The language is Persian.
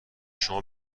شما